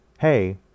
hey